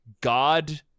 God